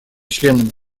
членами